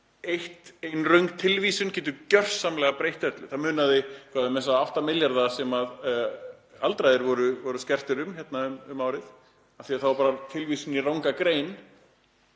ein röng tilvísun getur gjörsamlega breytt öllu. Það munaði um þessa 8 milljarða sem aldraðir voru skertir um hérna um árið af því að það var tilvísun í ranga grein.